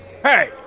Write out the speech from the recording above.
Hey